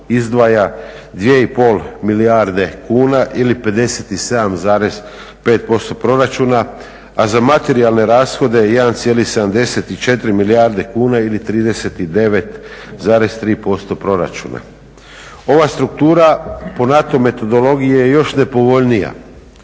izdvaja 2,5 milijarde kuna ili 57,5% proračuna. A za materijalne rashode 1,74 milijarde kuna ili 39,3% proračuna. Ova struktura po NATO metodologiji je još nepovoljnija